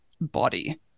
body